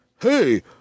hey